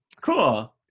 cool